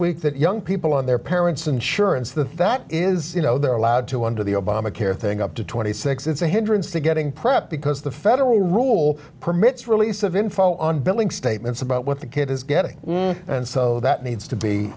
week that young people on their parents insurance that that is you know they're allowed to under the obama care thing up to twenty six it's a hindrance to getting prepped because the federal rule remits release of info on billing statements about what the kid is getting and so that needs to be